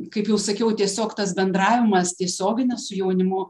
kaip jau sakiau tiesiog tas bendravimas tiesioginis su jaunimu